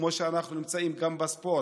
כמו שאנחנו נמצאים כאן בספורט,